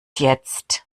jetzt